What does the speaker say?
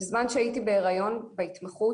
בזמן שהייתי בהריון בהתמחות,